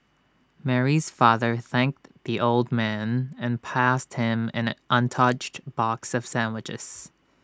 Mary's father thanked the old man and passed him an untouched box of sandwiches